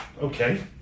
Okay